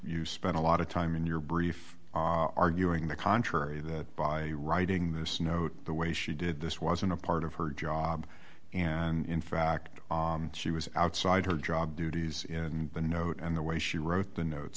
you spend a lot of time in your brief arguing the contrary that by writing this note the way she did this wasn't a part of her job and in fact she was outside her job duties in the note and the way she wrote the note